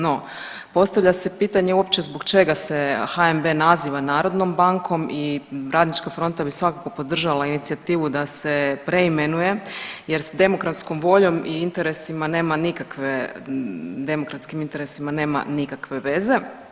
No, postavlja se pitanje uopće zbog čega se HNB-e naziva narodnom bankom i Radnička fronta bi svakako podržala inicijativu da se preimenuje, jer demokratskom voljom i interesima nema nikakve demokratskim interesima nema nikakve veze.